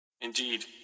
Indeed